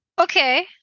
okay